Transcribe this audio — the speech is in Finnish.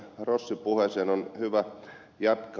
rossin puheesta on hyvä jatkaa